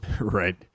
Right